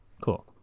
Cool